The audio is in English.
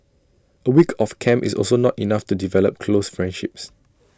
A week of camp is also not enough to develop close friendships